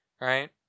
right